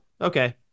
okay